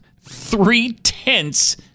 Three-tenths